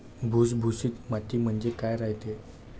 भुसभुशीत माती म्हणजे काय रायते?